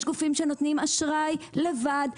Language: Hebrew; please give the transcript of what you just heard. יש גופים שנותנים אשראי לבד,